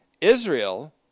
Israel